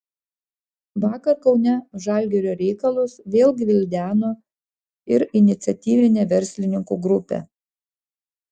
vakar kaune žalgirio reikalus vėl gvildeno ir iniciatyvinė verslininkų grupė